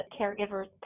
caregiver's